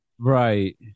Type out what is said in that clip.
Right